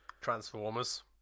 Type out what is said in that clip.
Transformers